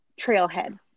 trailhead